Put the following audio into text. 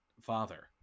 father